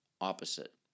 opposite